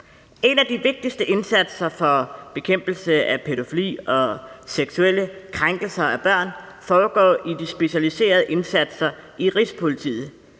En af de vigtigste indsatser for bekæmpelse af pædofili og seksuelle krænkelser af børn foregår i de specialiserede indsatser i Rigspolitiet.